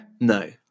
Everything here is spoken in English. no